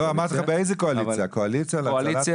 לא, אמרתי לך באיזו קואליציה: הקואליציה להצלת